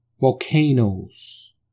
volcanoes